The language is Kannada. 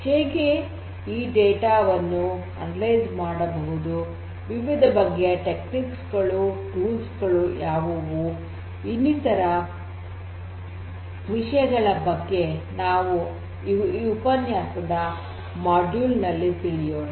ಹೇಗೆ ಈ ಡೇಟಾ ವನ್ನು ವಿಶ್ಲೇಷಣೆ ಮಾಡಬಹುದು ವಿವಿಧ ಬಗೆಯ ತಂತ್ರಗಳು ಉಪಕರಣಗಳು ಯಾವುವು ಇನ್ನಿತರ ವಿಷಯಗಳ ಬಗ್ಗೆ ನಾವು ಈ ಉಪನ್ಯಾಸದ ಈ ಮಾಡ್ಯೂಲ್ ನಲ್ಲಿ ತಿಳಿಯೋಣ